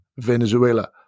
Venezuela